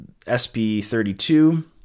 SP32